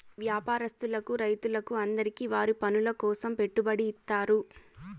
వ్యాపారస్తులకు రైతులకు అందరికీ వారి పనుల కోసం పెట్టుబడి ఇత్తారు